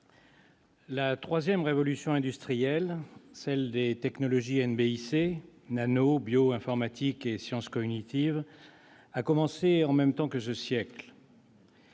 la troisième révolution industrielle, celle des technologies NBIC- nano, bio, informatique et sciences cognitives -a commencé en même temps que ce siècle.